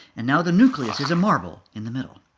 and now the nucleus is a marble in the middle.